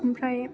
ओमफ्राय